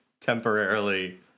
Temporarily